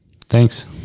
Thanks